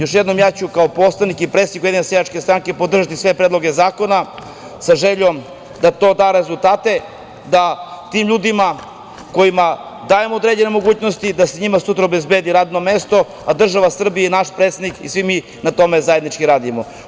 Još jednom, kao poslanik i predstavnik USS podržati sve predloge zakona, sa željom da to da rezultate, da tim ljudima kojima dajemo određene mogućnosti, da se njima sutra obezbedi radno mesto, a država Srbija i naš predsednik i svi mi na tome zajednički radimo.